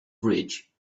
bridge